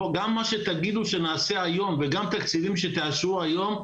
גם מה שתגידו שנעשה היום וגם תקציבים שתאשרו היום,